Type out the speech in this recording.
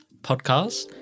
podcast